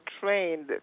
trained